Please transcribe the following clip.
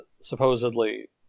Supposedly